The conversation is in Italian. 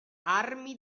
armi